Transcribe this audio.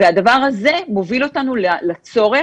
הדבר הזה מוביל אותנו לצורך,